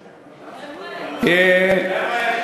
מרגי, ואחריו,